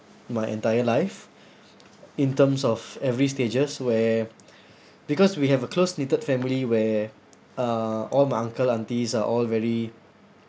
my entire life in terms of every stages where because we have a close knitted family where uh all my uncle aunties are all very